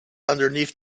underneath